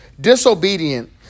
disobedient